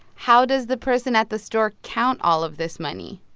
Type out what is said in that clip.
how does the person at the store count all of this money?